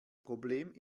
problem